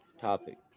topic